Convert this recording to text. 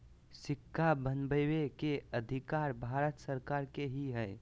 सिक्का बनबै के अधिकार भारत सरकार के ही हइ